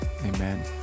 Amen